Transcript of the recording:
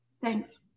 Thanks